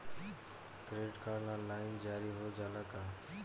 Credit card online जारी हो जाला का?